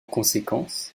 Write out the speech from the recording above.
conséquence